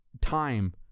time